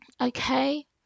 Okay